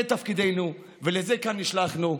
זה תפקידנו ולזה כאן נשלחנו.